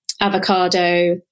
avocado